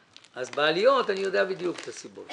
אז בעליות אני יודע בדיוק את הסיבות.